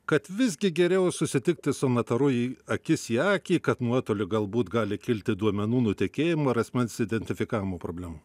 kad visgi geriau susitikti su notaru į akis į akį kad nuotoliu galbūt gali kilti duomenų nutekėjimo ir asmens identifikavimo problemų